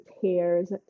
tears